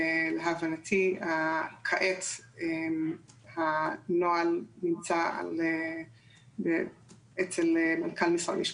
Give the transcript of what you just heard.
להבנתי, כעת הנוהל נמצא אצל מנכ"ל משרד המשפטים.